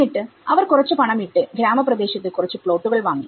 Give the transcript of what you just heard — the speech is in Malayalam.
എന്നിട്ട് അവർ കുറച്ചു പണം ഇട്ട് ഗ്രാമപ്രദേശത്തു കുറച്ചു പ്ലോട്ടുകൾ വാങ്ങി